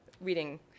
reading